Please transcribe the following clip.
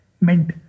meant